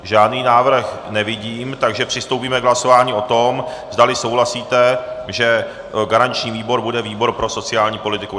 Žádný návrh nevidím, takže přistoupíme k hlasování o tom, zdali souhlasíte, že garanční výbor bude výbor pro sociální politiku.